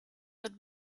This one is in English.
had